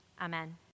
Amen